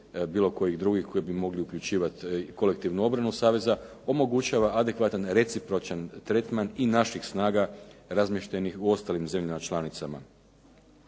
bilo kojih drugih koji bi mogli uključivati kolektivnu obranu saveza, omogućava adekvatan recipročan tretman i naših snaga razmještenih u ostalim zemljama članicama.